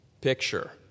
picture